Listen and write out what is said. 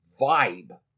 vibe